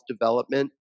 development